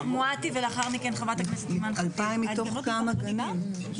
2,000 מתוך כמה גנים?